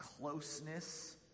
closeness